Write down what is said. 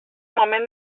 moment